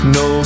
no